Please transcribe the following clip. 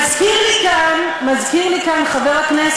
מזכיר לי כאן חבר הכנסת,